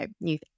new